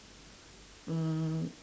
mm